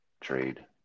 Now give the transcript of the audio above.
trade